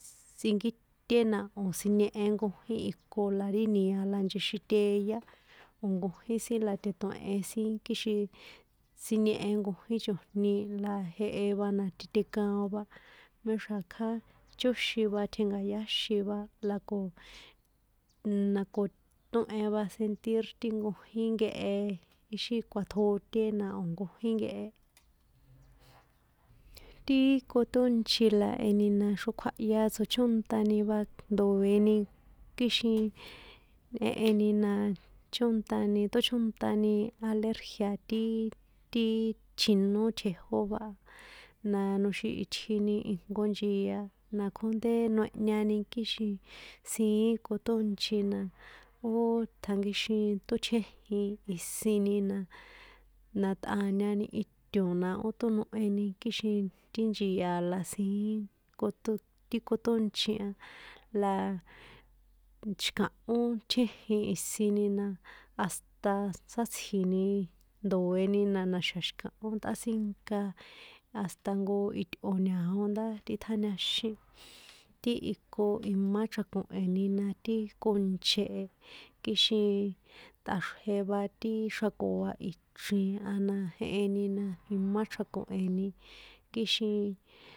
Tsinkíté na o̱ siniehe nkojín iko la ri nia̱ la nchexiteyá o̱ nkojín la tetue̱hen sin kixin siniehe nkojín chojni la jehe va la titekaon va, méxra̱ kjá chóxin va tjenka̱yáxin va la ko, nn nako tohen va sentir ti nkojín nkehe ixi kuatjote na o̱ nkojín nkehe. Ti- i, kotonchí la eni na xrokjuahya tsochónṭani va ndo̱eni kixin jeheni naaa, chónṭani tóchónṭani alergia̱ ti- i, ti- i, chjino tjejó va a, na noxin itjini ijnko nchia na kjonté noehñani kixin sin kotónchi na o- o, tjankíxin totjéjin isini na, na tꞌañani ito̱n na o tónoheni kixin ti nchia la siín kotón ti kotónchi a la, nch xikahó tjéjin isini na hasta sátsji̱ni ndo̱eni na na̱xa̱ xi̱kahó tꞌátsinka hasta nko itꞌo̱ ña̱o ndá tꞌiṭjáñaxin, ti iko imá chrako̱heni na ti konche e, kixin tꞌaxrje va ti xrakoa ichrin a najeheni na imá chrako̱heni kixin.